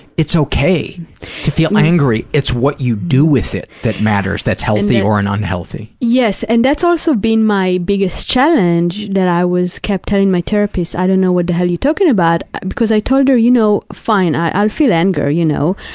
it's okay to feel angry. it's what you do with it that matters, that's healthy or and unhealthy. yes. and that's also been my biggest challenge, that i was, kept telling my therapist, i don't know what the hell you're talking about, because i told her, you know, fine, i'll feel anger, you know,